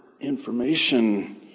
information